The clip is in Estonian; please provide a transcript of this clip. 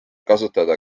kasutada